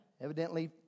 Evidently